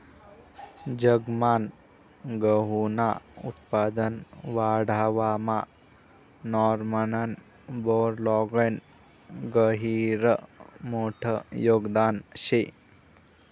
जगमान गहूनं उत्पादन वाढावामा नॉर्मन बोरलॉगनं गहिरं मोठं योगदान शे